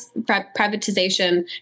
privatization